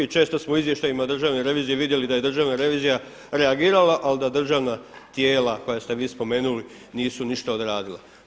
I često smo u izvještajima Državne revizije vidjeli da je Državna revizija reagirala ali da državna tijela koja ste vi spomenuli nisu ništa odradila.